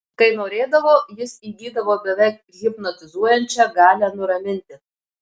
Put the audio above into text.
kai norėdavo jis įgydavo beveik hipnotizuojančią galią nuraminti